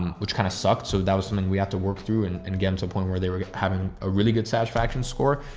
um which kind of sucked. so that was something we had to work through and and get him to a point where they were having a really good satisfaction score. ah,